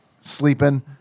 sleeping